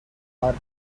are